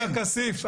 עופר כסיף,